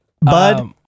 Bud